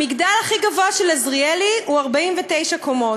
המגדל הכי גבוה של עזריאלי הוא 49 קומות.